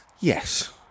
Yes